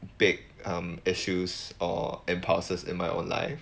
big um issues or and parcels in my own life